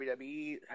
WWE